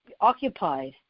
occupied